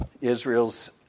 Israel's